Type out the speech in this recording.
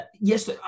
Yes